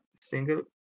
single